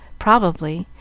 probably,